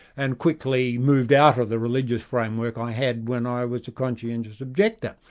and quickly moved out of the religious framework i had when i was a conscientious objector.